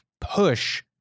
push